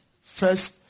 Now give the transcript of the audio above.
First